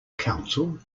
council